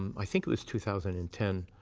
i think it was two thousand and ten,